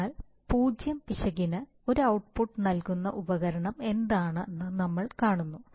അതിനാൽ 0 പിശകിന് ഒരു ഔട്ട്പുട്ട് നൽകുന്ന ഉപകരണം എന്താണെന്ന് നമ്മൾ കാണുന്നു